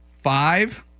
Five